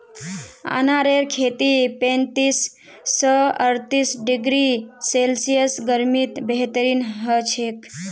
अनारेर खेती पैंतीस स अर्तीस डिग्री सेल्सियस गर्मीत बेहतरीन हछेक